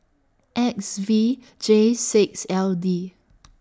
X V J six L D